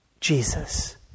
Jesus